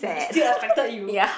is still affected you